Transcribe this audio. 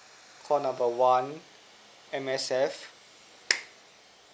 call number one M_S_F